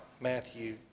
Matthew